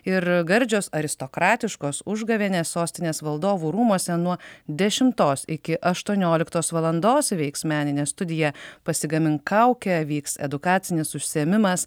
ir gardžios aristokratiškos užgavėnės sostinės valdovų rūmuose nuo dešimtos iki aštuonioliktos valandos veiks meninė studija pasigamink kaukę vyks edukacinis užsiėmimas